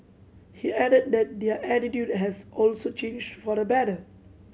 he added that their attitude has also changed for the better